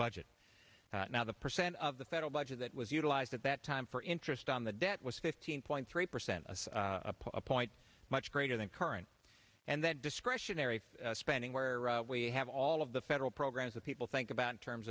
budget now the percent of the federal budget that was utilized at that time for interest on the debt was fifteen point three percent of a point much gray and then current and that discretionary spending where we have all of the federal programs that people think about in terms